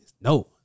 no